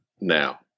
now